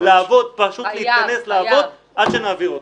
פשוט להיכנס לעבוד עד שנעביר אותו.